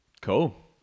Cool